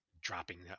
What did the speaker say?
dropping